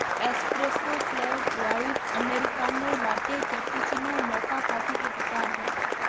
espresso, flat white, americano, latte, cappuccino, mocha coffee के प्रकार हैं